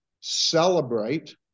celebrate